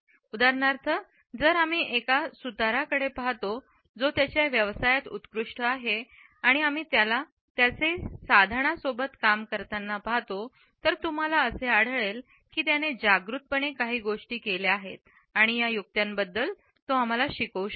उदाहरणार्थ जर आम्ही एका सुतारकडे पाहतो जो त्याच्या व्यवसायात उत्कृष्ट आहे आणि आम्ही त्यालात्याचे साधनसोबत काम करताना पाहतो तर तुम्हाला असे आढळले की त्याने जागृतपणे काही गोष्टी केल्या आहेत आणि या युक्त्यांबद्दल तो आम्हाला शिकवू शकते